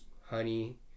Honey